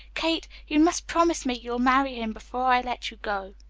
kate, you must promise me you'll marry him, before i let you go.